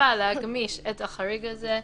טיפה להגמיש את החריג הזה.